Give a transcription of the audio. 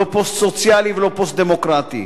לא פוסט-סוציאלי ולא פוסט-דמוקרטי.